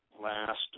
last